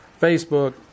Facebook